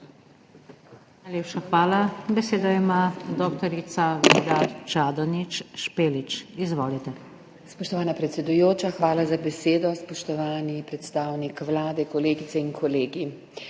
Najlepša hvala. Besedo ima dr. Vida Čadonič Špelič. Izvolite. DR. VIDA ČADONIČ ŠPELIČ: Spoštovana predsedujoča, hvala za besedo. Spoštovani predstavnik Vlade, kolegice in kolegi!